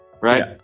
right